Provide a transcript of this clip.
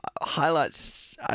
highlights